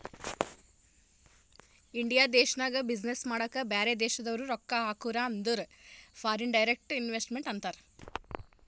India ದೇಶ್ನಾಗ business ಮಾಡಾಕ ಬ್ಯಾರೆ ದೇಶದವ್ರು ರೊಕ್ಕಾ ಹಾಕುರ್ ಅಂದುರ್ ಫಾರಿನ್ ಡೈರೆಕ್ಟ್ ಇನ್ವೆಸ್ಟ್ಮೆಂಟ್ ಅಂತಾರ್